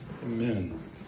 Amen